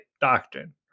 doctrine